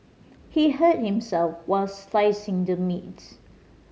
he hurt himself while slicing the meats